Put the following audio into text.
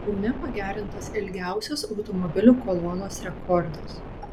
kaune pagerintas ilgiausios automobilių kolonos rekordas